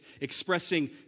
expressing